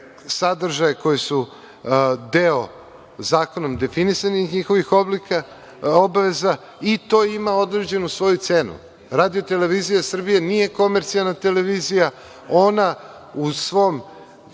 sadržaje koje su deo zakonom definisanih njihovih obaveza. To ima određenu svoju cenu. Radio televizija Srbije nije komercijalna televizija. Ona u svojoj